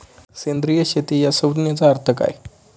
सेंद्रिय शेती या संज्ञेचा अर्थ काय?